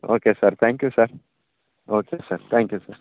okay sir thank you sir okay sir thank you sir